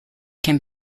can